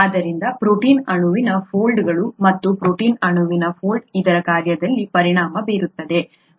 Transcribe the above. ಆದ್ದರಿಂದ ಪ್ರೋಟೀನ್ ಅಣುವಿನ ಫೋಲ್ಡ್ಗಳು ಮತ್ತು ಪ್ರೋಟೀನ್ ಅಣುವಿನ ಫೋಲ್ಡ್ ಅದರ ಕಾರ್ಯದಲ್ಲಿ ಪರಿಣಾಮ ಬೀರುತ್ತದೆ